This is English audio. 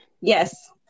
Yes